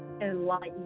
enlighten